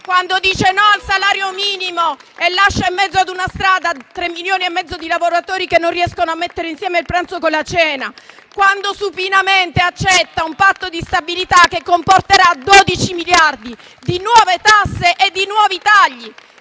quando dice no al salario minimo e lascia in mezzo ad una strada 3,5 milioni di lavoratori che non riescono a mettere insieme il pranzo con la cena; quando supinamente accetta un Patto di stabilità che comporterà 12 miliardi di nuove tasse e di nuovi tagli.